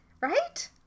Right